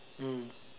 mm